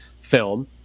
film